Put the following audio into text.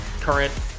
current